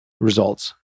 results